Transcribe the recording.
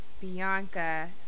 Bianca